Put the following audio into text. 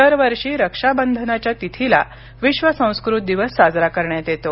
दरवर्षी रक्षा बंधनाच्या तिथीला विश्व संस्कृत दिवस साजरा करण्यात येतो